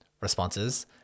responses